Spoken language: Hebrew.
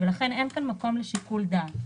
ולכן אין כאן מקום לשיקול דעת.